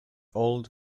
old